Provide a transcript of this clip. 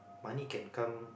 money can come